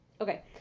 Okay